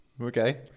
Okay